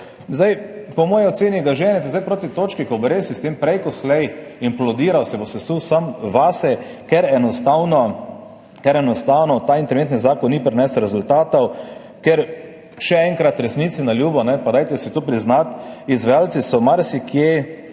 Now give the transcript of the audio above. Po moji oceni ga ženete zdaj proti točki, ko bo res sistem prej ko slej implodiral, se bo sesul sam vase, ker enostavno ta interventni zakon ni prinesel rezultatov, ker, še enkrat, resnici na ljubo, pa dajte si to priznati, so se izvajalci marsikje